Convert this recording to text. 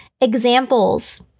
Examples